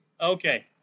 Okay